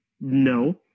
no